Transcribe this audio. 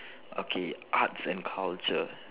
okay arts and culture